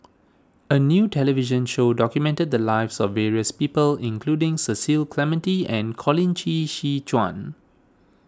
a new television show documented the lives of various people including Cecil Clementi and Colin Qi She Quan